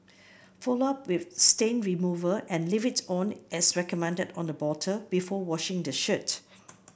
follow up with stain remover and leave it on as recommended on the bottle before washing the shirt